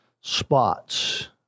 spots